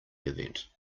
event